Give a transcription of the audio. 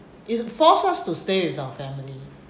it forced us to stay with our family